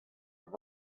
top